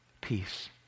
peace